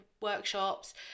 workshops